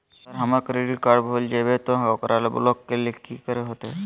अगर हमर credit card भूल जइबे तो ओकरा ब्लॉक लें कि करे होते?